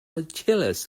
achilles